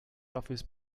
office